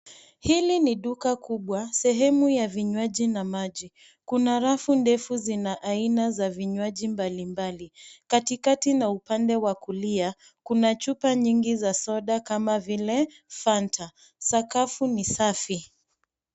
Hili ni duka kubwa sehemu ya vinywaji na maji. Kuna rafu ndefu zina aina za vinywaji mbalimbali. Katikati na upande wa kulia kuna chupa nyingi za soda kama vile Fanta. Sakafu ni safi.